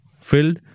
filled